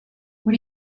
what